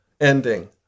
ending